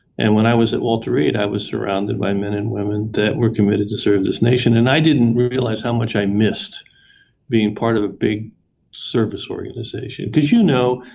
and when i was at walter reed, i was surrounded by men and women that were committed to serve this nation and i didn't realize how much i missed being part of a big service organization. did you know,